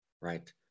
Right